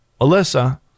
Alyssa